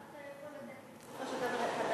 אתה יכול לתת לי בסופו של דבר את הדף?